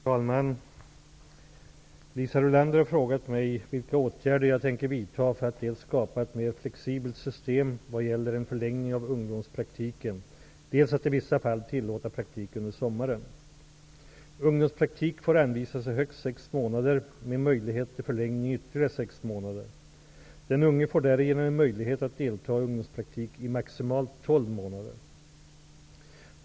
Fru talman! Liisa Rulander har frågat mig vilka åtgärder jag tänker vidta för att dels skapa ett mer flexibelt system vad gäller en förlängning av ungdomspraktiken, dels att i vissa fall tillåta praktik under sommaren. Ungdomspraktik får anvisas i högst sex månader, med möjlighet till förlängning i ytterligare sex månader. Den unge får därigenom en möjlighet att delta i ungdomspraktik i maximalt tolv månader.